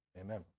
Amen